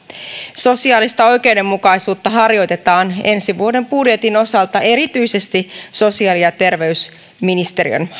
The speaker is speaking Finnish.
sosiaalista oikeudenmukaisuutta harjoitetaan ensi vuoden budjetin osalta erityisesti sosiaali ja terveysministeriön